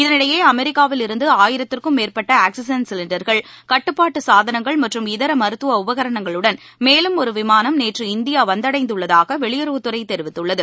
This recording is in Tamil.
இதனிடையே அமெிக்காவில் இருந்து ஆயிரத்துக்கும் மேற்பட்ட ஆக்ஸிஜன் சிலிண்டர்கள் கட்டுப்பாட்டு சாதனங்கள் மற்றும் இதர மருத்துவ உபகரணங்களுடன் மேலும் ஒரு விமானம் நேற்று இந்தியா வந்தடைந்துள்ளதாக வெளியுறவுத்துறை தெரிவித்துள்ளது